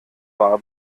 war